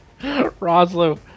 Roslo